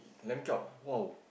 is lamb chop ah !wow!